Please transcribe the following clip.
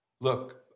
look